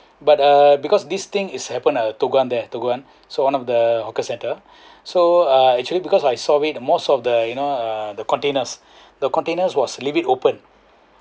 but uh because this thing is happen uh Toh Guan there Toh Guan so one of the hawker centre so uh actually because I saw it most of the you know (uh)the containers the containers was leave it open